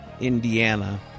Indiana